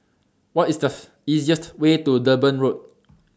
What IS The easiest Way to Durban Road